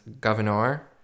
Governor